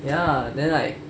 ya then like